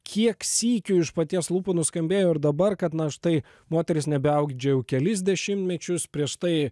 kiek sykių iš paties lūpų nuskambėjo ir dabar kad na štai moteris nebeaudžia jau kelis dešimmečius prieš tai